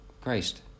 Christ